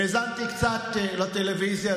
האזנתי קצת לטלוויזיה,